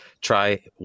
try